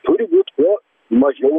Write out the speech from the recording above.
turi būt kuo mažiau